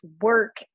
work